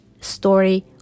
story